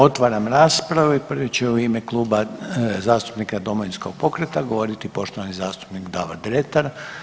Otvaram raspravu i prvi će u ime Kluba zastupnika Domovinskog pokreta govoriti poštovani zastupnik Davor Dretar.